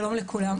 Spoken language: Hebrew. שלום לכולם,